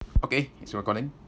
okay thanks for calling